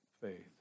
faith